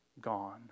gone